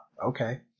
Okay